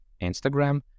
Instagram